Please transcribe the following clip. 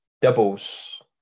doubles